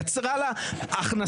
יצרה לה הכנסה,